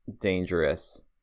dangerous